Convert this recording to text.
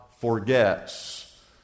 forgets